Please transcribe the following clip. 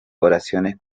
oraciones